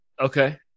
Okay